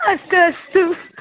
अस्तु अस्तु